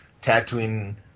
tattooing